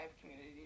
community